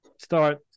start